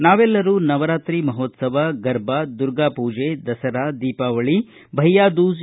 ನಾವೆಲ್ಲರೂ ನವರಾತ್ರಿ ಮಹೋತ್ಸವ ಗರ್ಬಾ ದುರ್ಗಾ ಪೂಜೆ ದಸರಾ ದೀಪಾವಳಿ ಭೈಯ್ಯಾ ದೂಜ್